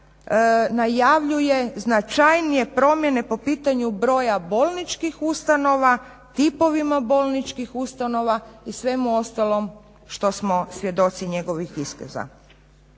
najavljuje značajnije promjene po pitanju broja bolničkih ustanova, tipovima bolničkih ustanova i svemu ostalom što smo svjedoci njegovih iskaza.